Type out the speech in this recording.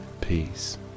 peace